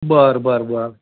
बरं बरं बरं